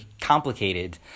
complicated